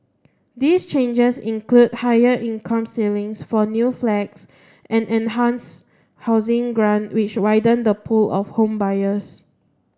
these changes include higher income ceilings for new flats and enhanced housing grants which widen the pool of home buyers